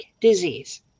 disease